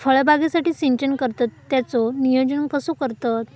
फळबागेसाठी सिंचन करतत त्याचो नियोजन कसो करतत?